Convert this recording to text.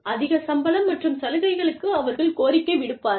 அதிக சம்பளம் மற்றும் சலுகைகளுக்கு அவர்கள் கோரிக்கை விடுப்பார்கள்